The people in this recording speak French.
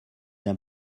d’un